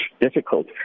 difficult